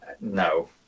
No